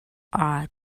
are